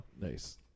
Nice